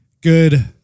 Good